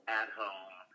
at-home